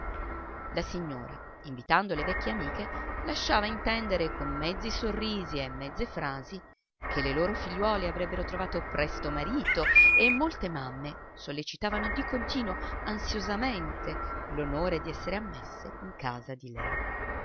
la signora invitando le vecchie amiche lasciava intendere con mezzi sorrisi e mezze frasi che le loro figliuole avrebbero trovato presto marito e molte mamme sollecitavano di continuo ansiosamente l'onore di essere ammesse in casa di lei